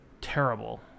Terrible